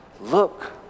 Look